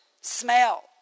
smell